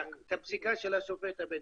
הפסיקה של השופט הבדואי.